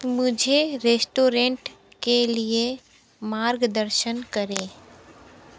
मुझे रेश्टोरेंट के लिए मार्गदर्शन करें